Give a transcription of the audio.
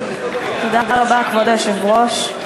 כבוד היושב-ראש,